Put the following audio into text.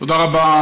תודה רבה.